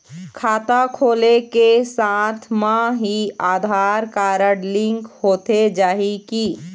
खाता खोले के साथ म ही आधार कारड लिंक होथे जाही की?